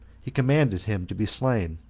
he commanded him to be slain.